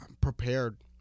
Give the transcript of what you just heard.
prepared